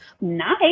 Nice